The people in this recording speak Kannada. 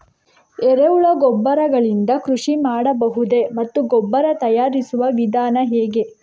ಎರೆಹುಳು ಗೊಬ್ಬರ ಗಳಿಂದ ಕೃಷಿ ಮಾಡಬಹುದೇ ಮತ್ತು ಗೊಬ್ಬರ ತಯಾರಿಸುವ ವಿಧಾನ ಹೇಗೆ?